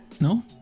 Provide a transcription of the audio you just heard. no